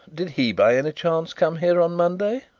did he by any chance come here on monday?